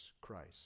Christ